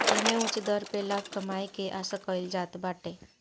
एमे उच्च दर पे लाभ कमाए के आशा कईल जात बाटे